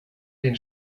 den